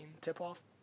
tip-off